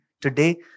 today